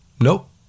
Nope